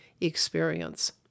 experience